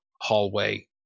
hallway